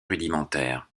rudimentaires